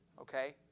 Okay